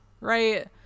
right